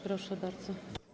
Proszę bardzo.